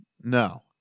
No